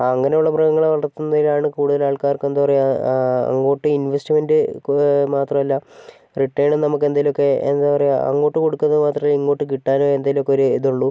അങ്ങനെയുള്ള മൃഗങ്ങളെ വളർത്തുന്നതിനെയാണ് കൂടുതൽ ആൾക്കാർക്കും എന്താ പറയാ അങ്ങോട്ട് ഇൻവെസ്റ്റ്മെൻറ് മാത്രമല്ല റിട്ടേണും നമുക്ക് എന്തേലൊക്കെ എന്താ പറയാ അങ്ങോട്ട് കൊടുക്കുന്നത് മാത്രമേ ഇങ്ങോട്ട് കിട്ടാനും എന്തേലൊക്കെ ഒരു ഇതൊള്ളൂ